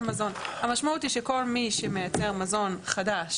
המשמעות היא שכל מי שמייצר מזון חדש